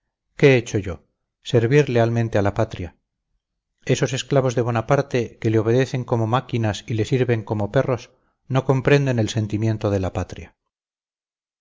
qué he hecho yo servir lealmente a la patria esos esclavos de bonaparte que le obedecen como máquinas y le sirven como perros no comprenden el sentimiento de la patria